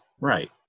right